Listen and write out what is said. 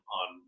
on